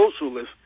socialist